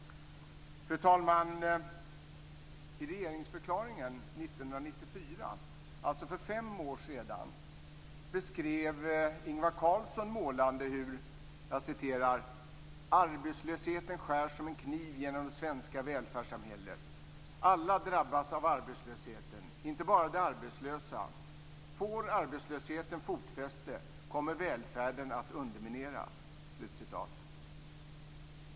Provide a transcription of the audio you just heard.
Fru talman! I regeringsförklaringen 1994, alltså för fem år sedan, beskrev Ingvar Carlsson målande: "Arbetslösheten skär som en kniv genom det svenska välfärdssamhället. Alla drabbas av arbetslösheten, inte bara de arbetslösa. Får arbetslösheten fotfäste kommer välfärden att undermineras."